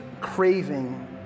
craving